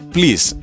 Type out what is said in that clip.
Please